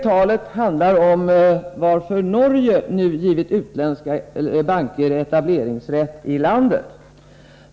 Talet handlar om varför Norge nu givit utländska banker etableringsrätt i landet.